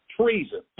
Treason